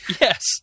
Yes